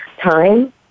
time